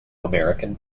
american